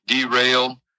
derail